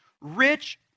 Rich